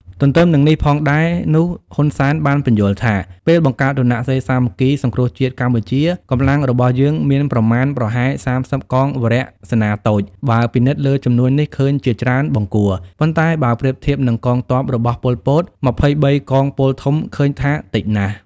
ទន្ទឹមនឹងនេះផងដែរនោះហ៊ុន សែន បានពន្យល់ថា ពេលបង្កើតរណសិរ្សសាមគ្គីសង្គ្រោះជាតិកម្ពុជាកម្លាំងរបស់យើងមាន ប្រមានប្រហែល ៣០ កងវរសេនាតូច បើពិនិត្យលើចំនួននេះឃើញជាច្រើនបង្គួរ ប៉ុន្តែបើប្រៀបធៀបនិងកងទព័របស់ពួក ប៉ុល ពត ២៣កងពលធំឃើញថាតិចណាស់។